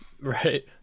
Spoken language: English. Right